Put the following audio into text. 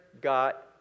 got